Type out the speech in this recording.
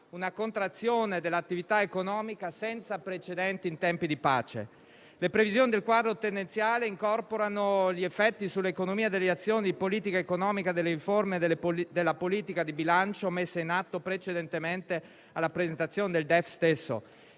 una contrazione dell'attività economica senza precedenti in tempi di pace. Le previsioni del quadro tendenziale incorporano gli effetti sull'economia delle azioni di politica economica e delle riforme della politica di bilancio messe in atto precedentemente alla presentazione del DEF stesso.